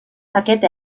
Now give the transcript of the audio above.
aquest